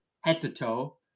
head-to-toe